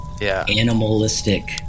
animalistic